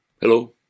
Hello